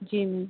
जी ma'am